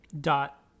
Dot